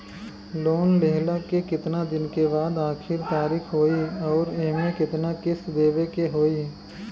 Loan लेहला के कितना दिन के बाद आखिर तारीख होई अउर एमे कितना किस्त देवे के होई?